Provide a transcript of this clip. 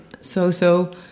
so-so